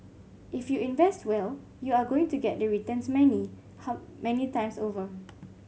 if you invest well you're going to get the returns many how many times over